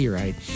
right